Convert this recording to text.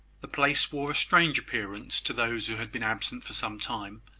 the place wore a strange appearance to those who had been absent for some time.